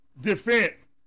defense